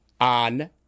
on